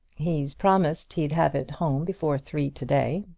he promised he'd have it home before three to-day.